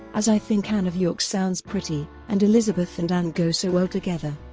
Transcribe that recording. as i think ann of york sounds pretty, and elizabeth and ann go so well together.